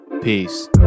Peace